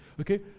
Okay